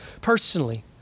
personally